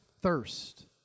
thirst